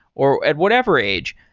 or at whatever age.